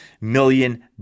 million